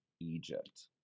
Egypt